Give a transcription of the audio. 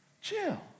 Chill